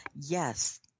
yes